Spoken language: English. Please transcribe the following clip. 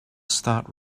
start